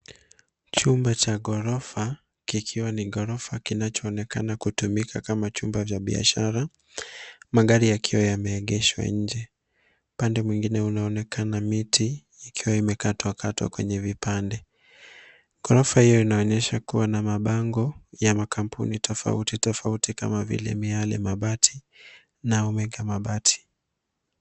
Chumba cha gorofa, kikiwa ni gorofa, kinachonekana kutumika kama chumba cha biashara. Magari yakiwa yameegeshwa nje. Upande mwingine unaonekana miti ikiwa imekatwakatwa kwenye vipande. Gorofa hiyo inaonyesha kuwa na mabango ya makampuni tofauti tofauti kama vile Miale Mabati na Omega Mabati.